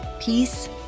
peace